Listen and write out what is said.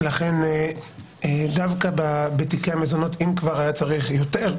לכן דווקא בתיקי המזונות אם כבר היה צריך יותר,